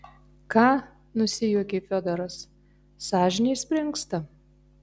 ką nusijuokė fiodoras sąžinė springsta